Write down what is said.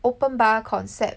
open bar concept